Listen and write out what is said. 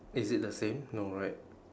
is it the same no right